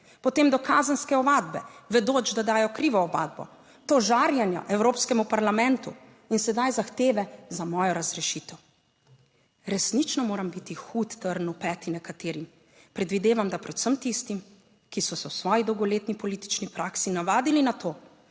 potem do kazenske ovadbe vedoč, da dajo krivo ovadbo, do žarjenja Evropskemu parlamentu in sedaj zahteve za mojo razrešitev. Resnično moram biti hud trn v peti nekaterim, predvidevam, da predvsem tistim, ki so se v svoji dolgoletni politični praksi navadili na to,